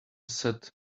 set